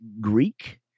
Greek